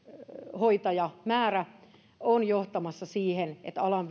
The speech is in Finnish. hoitajamäärä on johtamassa siihen että alan